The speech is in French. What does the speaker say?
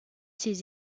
ses